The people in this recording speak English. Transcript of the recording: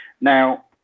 Now